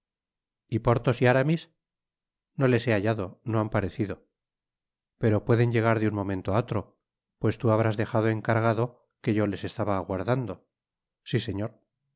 y porthos y aramis no les he hallado no han parecido pero pueden llegar de un momento á otro pues tú habrás dejado encargado que yo les estaba aguardando si señor